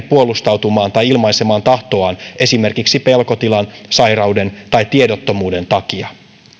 puolustautumaan tai ilmaisemaan tahtoaan esimerkiksi pelkotilan sairauden tai tiedottomuuden takia